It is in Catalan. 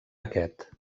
aquest